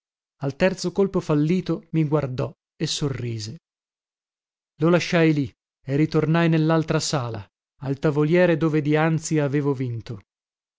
al terzo colpo fallito mi guardò e sorrise lo lasciai lì e ritornai nellaltra sala al tavoliere dove dianzi avevo vinto